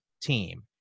team